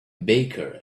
baker